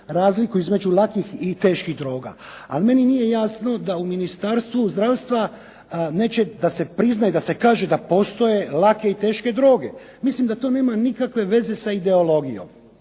razliku između lakih i teških droga, ali meni nije jasno da u Ministarstvu zdravstva neće da se prizna i da se kaže da postoje lake i teške droge. Mislim da to nema nikakve veze sa ideologijom.